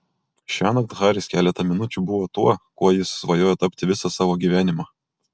šiąnakt haris keletą minučių buvo tuo kuo jis svajojo tapti visą savo gyvenimą